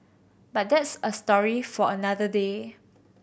but that's a story for another day